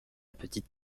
petite